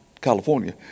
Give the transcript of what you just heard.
California